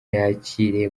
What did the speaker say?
yakire